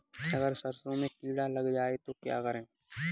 अगर सरसों में कीड़ा लग जाए तो क्या करें?